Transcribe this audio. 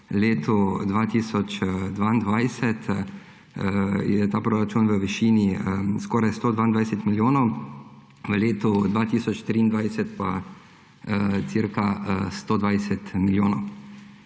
letu 2022 je ta proračun v višini skoraj 122 milijonov, v letu 2023 pa cca 120 milijonov.